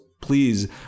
please